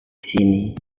sini